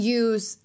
use